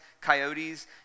coyotes